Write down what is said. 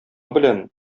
белән